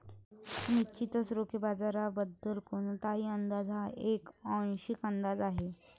निश्चितच रोखे बाजाराबद्दल कोणताही अंदाज हा एक आंशिक अंदाज आहे